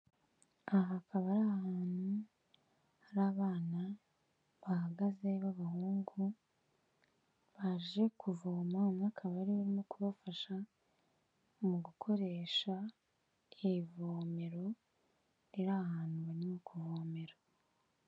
Aha hakaba ari ahantu hari abana bahagaze b'abahungu baje kuvoma, umwe akaba arimo kubafasha mu gukoresha ivomero riri ahantu barimo kuvomera.